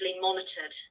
monitored